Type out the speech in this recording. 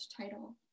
title